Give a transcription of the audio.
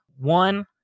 One